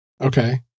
Okay